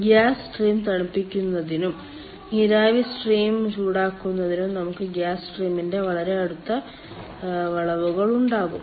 gas stream തണുപ്പിക്കുന്നതിനും നീരാവി stream ചൂടാക്കുന്നതിനും നമുക്ക് ഗ്യാസ് സ്ട്രീമിന് വളരെ അടുത്ത വളവുകൾ ഉണ്ടാകും